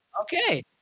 Okay